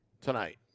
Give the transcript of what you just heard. tonight